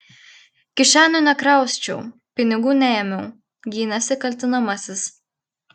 kišenių nekrausčiau pinigų neėmiau gynėsi kaltinamasis